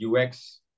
UX